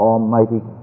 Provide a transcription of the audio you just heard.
Almighty